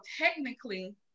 technically